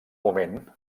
moment